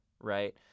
right